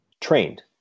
trained